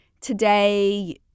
today